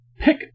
pick